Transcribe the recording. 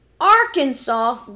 Arkansas